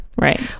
right